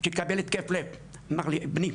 שלא יקבל התקף לב, אמר לי, בני,